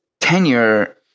tenure